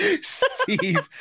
Steve